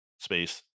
space